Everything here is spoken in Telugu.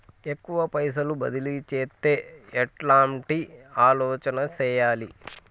ఎక్కువ పైసలు బదిలీ చేత్తే ఎట్లాంటి ఆలోచన సేయాలి?